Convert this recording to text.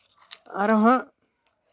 ᱟᱨ ᱦᱟᱜ